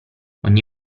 ogni